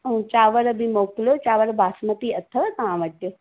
ऐं चांवर बि मोकिलियो चांवर बासमती अथव तव्हां वटि